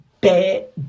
Bad